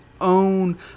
own